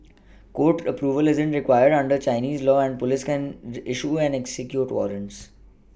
court Approval isn't required under Chinese law and police can issue and execute warrants